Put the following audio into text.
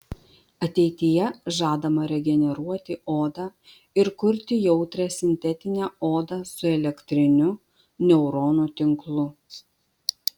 ateityje žadama regeneruoti odą ir kurti jautrią sintetinę odą su elektriniu neuronų tinklu